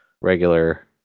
regular